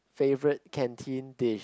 favourite canteen dish